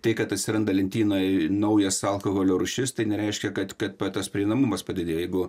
tai kad atsiranda lentynoj naujas alkoholio rūšis tai nereiškia kad kad p tas prieinamumas padidėjo jeigu